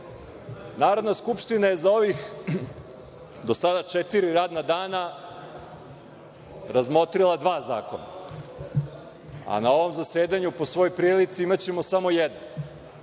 Narodna skupština je za ovih do sada četiri radna dana razmotrila dva zakona, a na ovom zasedanju po svoj prilici imaćemo samo jedan